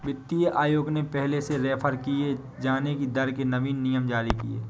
वित्तीय आयोग ने पहले से रेफेर किये जाने की दर के नवीन नियम जारी किए